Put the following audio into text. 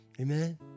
Amen